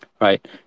right